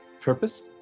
purpose